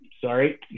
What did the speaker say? Sorry